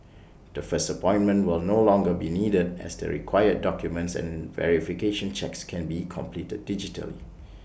the first appointment will no longer be needed as the required documents and verification checks can be completed digitally